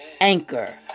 Anchor